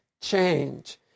change